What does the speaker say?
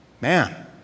Man